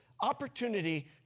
opportunity